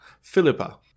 Philippa